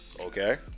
Okay